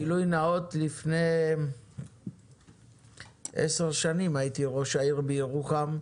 גילוי נאות, לפני עשר שנים הייתי ראש העיר בירוחם,